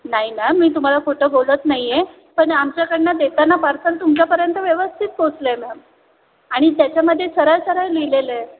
नाही मॅम मी तुम्हाला खोटं बोलत नाही आहे पण आमच्याकडून देताना पार्सल तुमच्यापर्यंत व्यवस्थित पोचलं आहे मॅम आणि त्याच्यामध्ये सरळ सरळ लिहिलेलं आहे